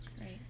right